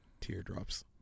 Teardrops